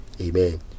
Amen